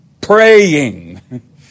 Praying